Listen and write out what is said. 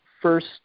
first